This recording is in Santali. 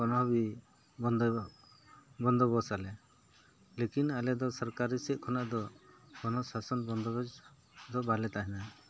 ᱠᱚᱱᱳ ᱵᱷᱟᱵᱮ ᱵᱚᱱᱫᱚ ᱵᱚᱱᱫᱚ ᱵᱚᱥᱟᱞᱮ ᱞᱮᱠᱤᱱ ᱟᱞᱮ ᱫᱚ ᱥᱚᱨᱠᱟᱨᱤ ᱥᱮᱫ ᱠᱷᱚᱱᱟᱜ ᱫᱚ ᱠᱚᱱᱳ ᱥᱟᱥᱚᱱ ᱵᱚᱱᱫᱚᱵᱮᱥ ᱫᱚ ᱵᱟᱞᱮ ᱛᱟᱦᱮᱱᱟ